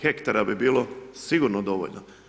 hektara bi bilo sigurno dovoljno.